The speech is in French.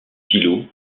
silo